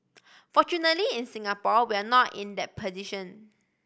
fortunately in Singapore we are not in that position